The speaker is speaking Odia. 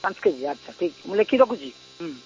ପାଞ୍ଚ କେଜି ଆଚ୍ଛା ଠିକ୍ ମୁଁ ଲେଖିକି ରଖୁଛି